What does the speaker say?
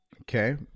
Okay